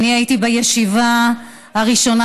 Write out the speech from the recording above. אני הייתי בישיבה הראשונה,